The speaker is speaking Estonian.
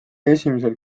esimesel